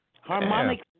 Harmonic